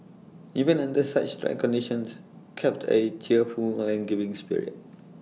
even under such trying conditions kept A cheerful and giving spirit